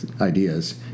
ideas